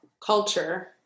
culture